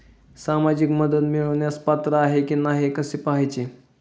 सामाजिक मदत मिळवण्यास पात्र आहे की नाही हे कसे पाहायचे?